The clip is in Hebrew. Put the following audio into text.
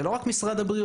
זה לא רק משרד הבריאות,